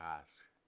ask